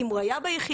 אם הוא היה ביחידה,